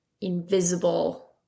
invisible